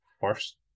first